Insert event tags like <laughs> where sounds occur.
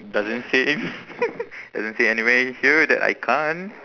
it doesn't say <laughs> it doesn't say anywhere in here that I can't